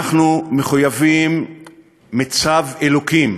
אנחנו מחויבים מצו אלוקים